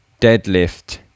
deadlift